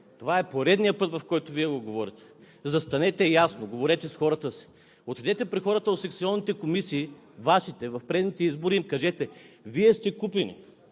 това е поредният път, в който Вие го говорите. Застанете ясно, говорете с хората си, отидете при хората от секционните комисии – Вашите, от предните избори, и им кажете: „Вие сте купени,